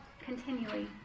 continually